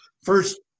First